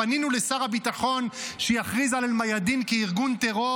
פנינו לשר הביטחון שיכריז על אל-מיאדין כארגון טרור